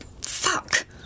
Fuck